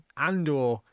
Andor